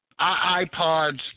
iPods